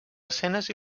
escenes